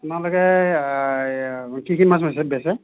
আপোনালোকে কি কি মাছ বেচে বেচে